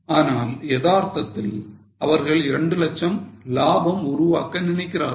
ஆனால் எதார்த்தத்தில் அவர்கள் 2 லட்சம் லாபத்தை உருவாக்க நினைக்கிறார்கள்